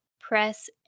press